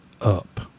up